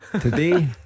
Today